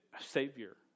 Savior